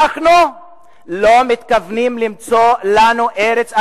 אנחנו לא מתכוונים למצוא לנו ארץ אחרת,